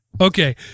Okay